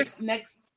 next